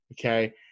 okay